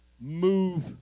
move